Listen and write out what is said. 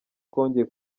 twongeye